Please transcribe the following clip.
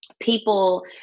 People